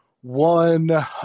One